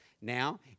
Now